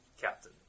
captain